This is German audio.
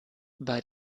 bei